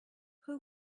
who